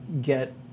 get